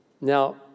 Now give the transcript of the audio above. Now